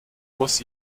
muß